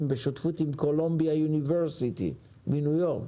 בשותפות עם קולומביה יוניברסיטי מניו יורק,